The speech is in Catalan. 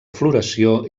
floració